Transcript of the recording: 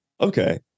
okay